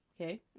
Okay